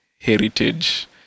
heritage